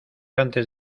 antes